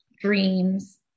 dreams